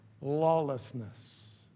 lawlessness